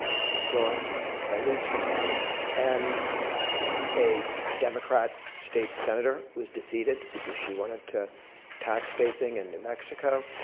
it's been growing by leaps and bounds and a democrat state senator was defeated because she wanted to tax vaping in new mexico.